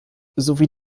sowie